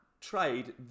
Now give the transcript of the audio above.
trade